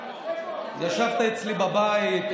ישבת אצלי בבית,